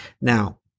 Now